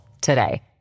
today